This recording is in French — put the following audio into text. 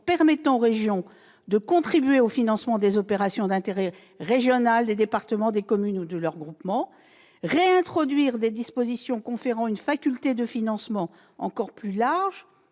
permettant aux régions de contribuer au financement des opérations d'intérêt régional des départements, des communes ou de leurs groupements. Réintroduire des dispositions conférant une faculté de financement encore plus large